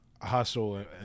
Hustle